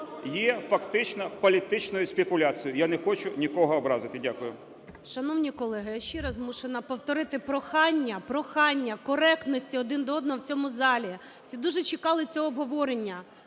є фактично політичною спекуляцією, я не хочу нікого образити. Дякую.